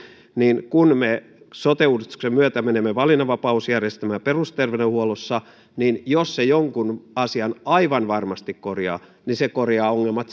kun me sote uudistuksen myötä menemme valinnanvapausjärjestelmään perusterveydenhuollossa niin jos se jonkun asian aivan varmasti korjaa niin se korjaa ongelmat